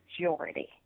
majority